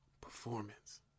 performance